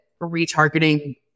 retargeting